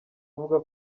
avuga